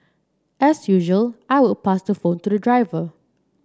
as usual I would pass the phone to the driver